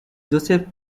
joseph